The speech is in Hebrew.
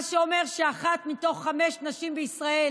מה שאומר שאחת מתוך חמש נשים בישראל